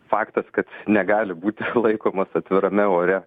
faktas kad negali būti laikomos atvirame ore